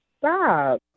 stop